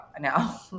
now